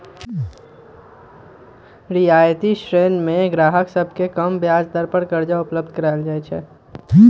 रियायती ऋण में गाहक सभके कम ब्याज दर पर करजा उपलब्ध कराएल जाइ छै